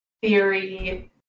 theory